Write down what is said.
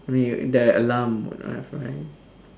the alarm would have rang